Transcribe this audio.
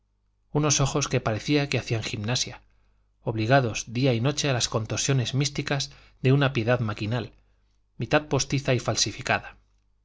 unos ojos que parecía que hacían gimnasia obligados día y noche a las contorsiones místicas de una piedad maquinal mitad postiza y falsificada